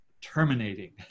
terminating